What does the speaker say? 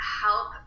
help